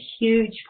huge